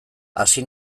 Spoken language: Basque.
hasi